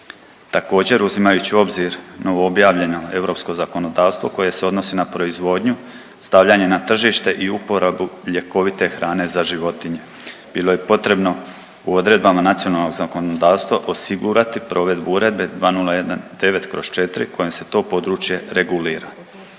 Također, uzimajući u obzir novo objavljeno europsko zakonodavstvo koje se odnosi na proizvodnju, stavljanje na tržište i uporabu ljekovite hrane za životinje bilo je potrebno u odredbama nacionalnog zakonodavstva osigurati provedbu Uredbe 2019/4 kojom se to područje regulira.